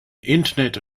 internet